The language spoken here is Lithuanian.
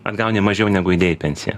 atgauni mažiau negu įdėjai į pensiją